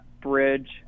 bridge